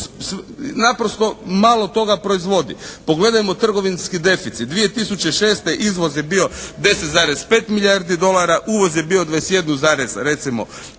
naprosto malo toga proizvodi. Pogledajmo trgovinski deficit. 2006. izvoz je bio 10,5 milijardi dolara. Uvoz je bio 21 zarez recimo 5 milijardi dolara.